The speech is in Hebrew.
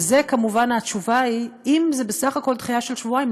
על זה כמובן התשובה היא: אם זו בסך הכול דחייה של שבועיים,